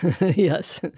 Yes